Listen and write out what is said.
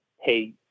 Hey